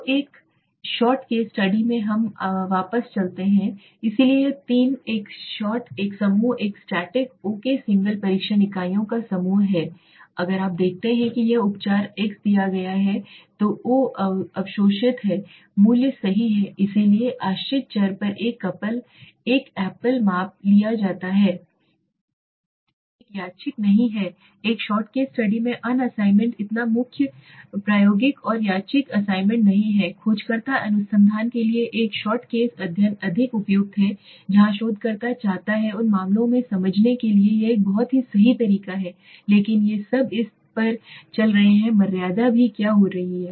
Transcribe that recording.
तो एक shot case study में हम वापस चलते हैं इसलिए यह तीन एक शॉट एक समूह स्टैटिक ओके सिंगल परीक्षण इकाइयों का समूह यहाँ है अगर आप देखते हैं कि यह उपचार उपचार x दिया गया है तो ओ अवशोषित है मूल्य सही है इसलिए आश्रित चर पर एक एकल माप लिया जाता है एक यादृच्छिक नहीं है एक शॉट केस स्टडी में असाइनमेंट इतना मुफ्त प्रायोगिक कोई यादृच्छिक असाइनमेंट नहीं है खोजकर्ता अनुसंधान के लिए एक शॉट केस अध्ययन अधिक उपयुक्त है जहां शोधकर्ता चाहता है उन मामलों में समझने के लिए यह एक बहुत ही सही तरीका है लेकिन ये इस पर चल रहे हैं मर्यादा भी क्या हो रही है